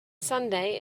sunday